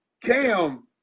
Cam